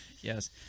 Yes